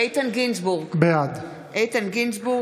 איתן גינזבורג, בעד